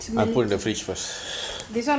I put in the fridge first